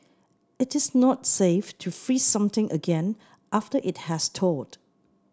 it is not safe to freeze something again after it has thawed